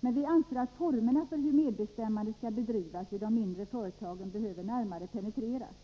men vi anser att formerna för hur medbestämmandet skall bedrivas i de mindre företagen behöver närmare penetreras.